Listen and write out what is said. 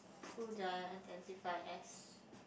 cool down identify as